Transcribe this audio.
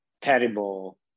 terrible